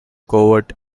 covert